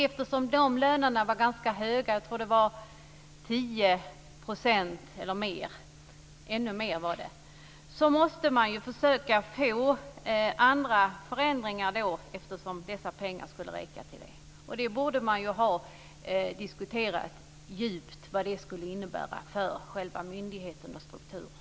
Eftersom de höjningarna var ganska stora - jag tror det var 10 % eller ännu mer - måste man försöka få andra förändringar till stånd för att pengarna skulle räcka till det. Man borde djupt ha diskuterat vad det skulle innebära för själva myndigheten och strukturen.